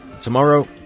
Tomorrow